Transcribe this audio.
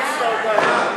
התשע"ו 2015,